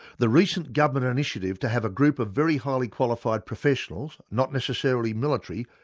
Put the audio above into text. the recent government initiative to have a group of very highly qualified professionals, not necessarily military,